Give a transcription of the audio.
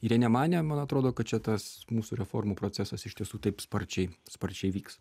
ir jie nemanė man atrodo kad čia tas mūsų reformų procesas iš tiesų taip sparčiai sparčiai vyks